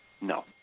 no